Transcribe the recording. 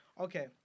Okay